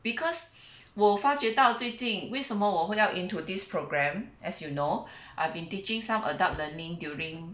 because 我发觉到最近为什么我会要 into this program as you know I've been teaching some adult learning during